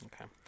Okay